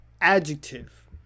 adjective